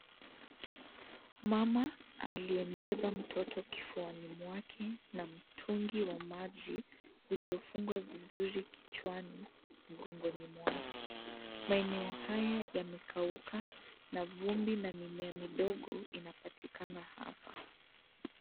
Mama aliyembeba mtoto kifuani mwake na mtungi wa maji uliofungwa vizuri kichwani mgongoni mwake, maeneo haya yamekauka na vumbi na mimea midogo inapatikana hapa.